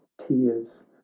tears